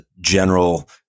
general